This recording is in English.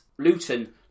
Luton